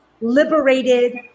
liberated